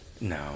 no